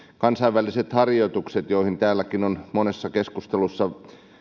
kansainväliset harjoitukset joihin täälläkin on monessa keskustelussa